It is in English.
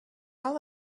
all